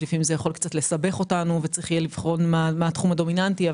לפעמים זה יכול קצת לסבך אותנו וצריך לבדוק מה התחום הדומיננטי,